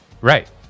right